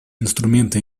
инструменты